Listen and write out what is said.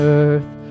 earth